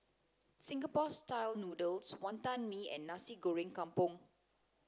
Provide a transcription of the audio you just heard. Singapore style noodles wantan mee and nasi goreng kampung